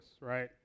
right